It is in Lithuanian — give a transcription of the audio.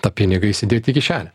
tą pinigą įsidėti į kišenę